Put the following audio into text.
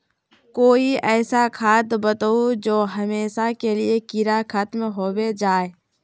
कोई ऐसा खाद बताउ जो हमेशा के लिए कीड़ा खतम होबे जाए?